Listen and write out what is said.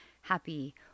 happy